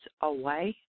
away